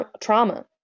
Trauma